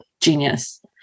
genius